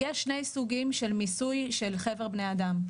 יש שני סוגים של מיסוי של חבר בני אדם,